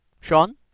Sean